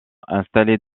installés